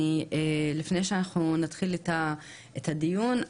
לפני שנתחיל את הדיון,